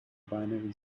binary